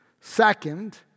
Second